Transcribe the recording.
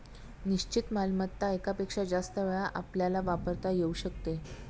निश्चित मालमत्ता एकापेक्षा जास्त वेळा आपल्याला वापरता येऊ शकते